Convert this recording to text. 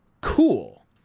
cool